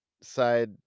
side